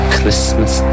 Christmas